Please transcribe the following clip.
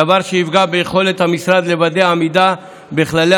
דבר שיפגע ביכולת המשרד לוודא עמידה בכללי